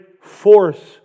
force